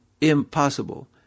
Impossible